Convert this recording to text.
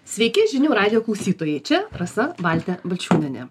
sveiki žinių radijo klausytojai čia rasa valtė balčiūnienė